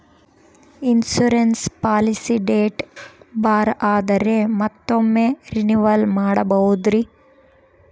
Insurance policy date bar ಆದರೆ ಮತ್ತೊಮ್ಮೆ renewal ಮಾಡಬಹುದ್ರಿ?